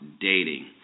dating